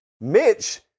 Mitch